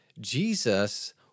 Jesus